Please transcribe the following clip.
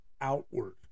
outward